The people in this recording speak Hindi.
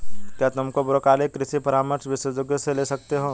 क्या तुम ब्रोकोली के कृषि का परामर्श विशेषज्ञों से ले सकते हो?